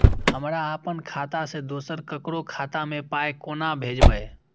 हमरा आपन खाता से दोसर ककरो खाता मे पाय कोना भेजबै?